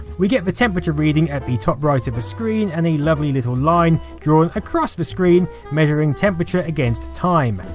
we get the temperature reading at the top right of the screen, and a lovely little line drawn across the screen measuring temperature against time.